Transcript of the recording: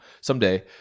Someday